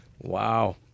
Wow